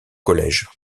collège